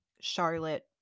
Charlotte